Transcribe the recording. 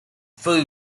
for